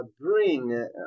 bring